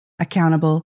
accountable